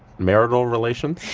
marital relations?